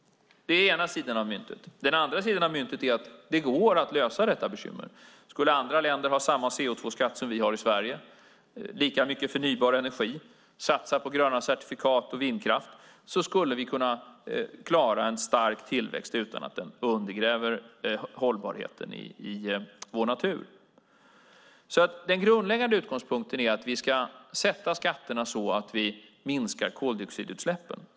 Det är den ena sidan av myntet. Den andra sidan av myntet är att det går att lösa detta bekymmer. Skulle andra länder ha samma CO2-skatt som vi har i Sverige, ha lika mycket förnybar energi och satsa på gröna certifikat och vindkraft skulle vi kunna klara en stark tillväxt utan att den undergräver hållbarheten i vår natur. Den grundläggande utgångspunkten är att vi ska sätta skatterna så att vi minskar koldioxidutsläppen.